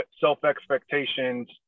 self-expectations